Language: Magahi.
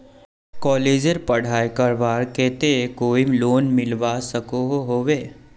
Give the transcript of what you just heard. कॉलेजेर पढ़ाई करवार केते कोई लोन मिलवा सकोहो होबे?